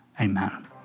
Amen